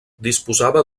disposava